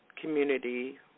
community